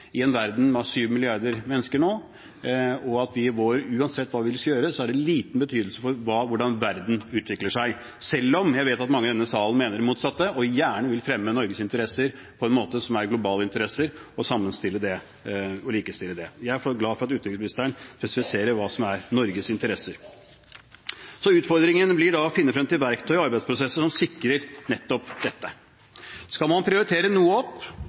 i en verden med 7 milliarder mennesker nå, og uansett hva vi gjør, har det liten betydning for hvordan verden utvikler seg, selv om jeg vet at mange i denne salen mener det motsatte og gjerne vil fremme Norges interesser på en måte som skulle tilsi at de er globale interesser, sammenstille det og likestille det. Jeg er glad for at utenriksministeren spesifiserer hva som er Norges interesser. Utfordringen blir å finne frem til verktøy og arbeidsprosesser som sikrer nettopp dette. Skal man prioritere noe opp,